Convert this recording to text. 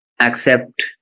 accept